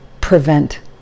prevent